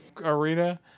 arena